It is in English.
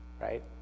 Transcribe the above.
Right